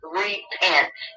repent